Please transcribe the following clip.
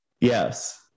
yes